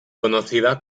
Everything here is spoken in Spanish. conocida